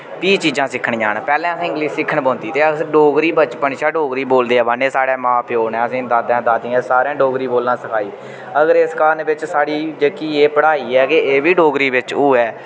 फ्ही चीजां सिक्खनियां न पैह्लें असें इंग्लिश सिक्खने पौंदी ते अस डोगरी बचपन शा डोगरी बोलदे आवा ने साढ़े मां प्यो नै असें दादा दादियें सारें डोगरी बोलना सखाई अगर इस कारण बिच्च साढ़ी जेह्की एह् पढ़ाई ऐ के एह् बी डोगरी बिच्च होऐ